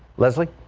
leslie